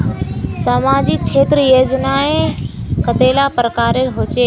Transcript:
सामाजिक क्षेत्र योजनाएँ कतेला प्रकारेर होचे?